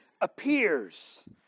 appears